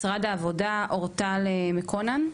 משרד העבודה, אורטל מקונן.